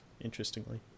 interestingly